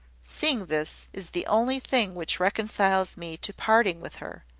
seeing this, is the only thing which reconciles me to parting with her.